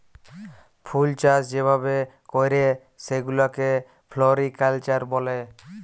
ফুলচাষ যে ভাবে ক্যরে সেগুলাকে ফ্লরিকালচার ব্যলে